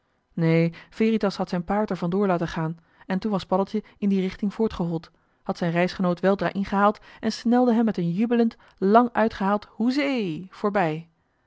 neen veritas had zijn paard er van door laten gaan en toen was paddeltje in die richting voortgehold had zijn reisgenoot weldra ingehaald en snelde hem met een jubelend lang uitgehaald hoezee voorbij